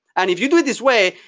and if you do it this way,